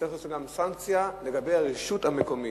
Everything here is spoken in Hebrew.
צריך גם סנקציה לגבי הרשות המקומית.